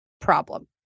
problem